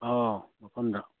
ꯑꯧ ꯃꯐꯝꯗ